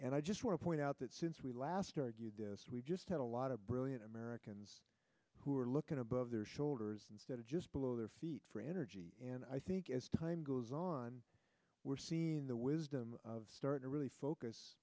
and i just want to point out that since we last argued this we've just had a lot of brilliant americans who are looking above their shoulders instead of just below their feet for energy and i think as time goes on we're seeing the wisdom of start really focus